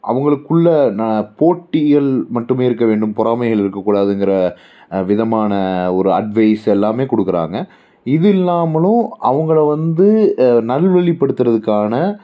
அவங்களுக்குள்ள ந போட்டிகள் மட்டுமே இருக்க வேண்டும் பொறாமைகள் இருக்கக்கூடாதுங்கிற விதமான ஒரு அட்வைஸ் எல்லாமே கொடுக்கறாங்க இது இல்லாமலும் அவங்கள வந்து நல்வழிப்படுத்துகிறதுக்கான